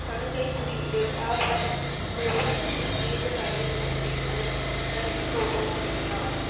சலுகைக் குறியீடு ஆஃபர் நூறு பற்றி மேலும் அறிய விரும்புகிறேன் அதற்கு நீங்கள் எனக்கு உதவ முடியுமா